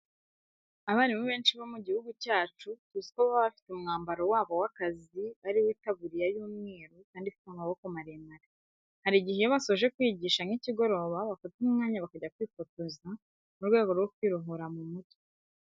Abarimu benshi bo mu gihugu cyacu tuzi ko baba bafite umwambaro wabo w'akazi ari wo itaburiya y'umweru kandi ifite amaboko maremare. Hari igihe iyo basoje kwigisha nk'ikigoroba bafata akanya bakajya kwifotoza mu rwego rwo kwiruhura mu mutwe.